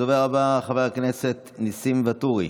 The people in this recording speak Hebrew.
הדובר הבא, חבר הכנסת ניסים ואטורי,